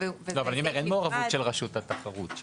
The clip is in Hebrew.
אין שם מעורבות של רשות התחרות.